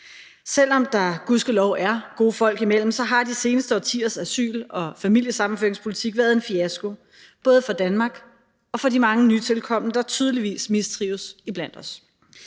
Selv om der gudskelov er gode folk imellem, har de seneste årtiers asyl- og familiesammenføringspolitik været en fiasko, både for Danmark og for de mange nytilkomne, der tydeligvis mistrives iblandt os.